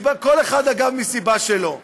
כל אחד, אגב, מהסיבה שלו.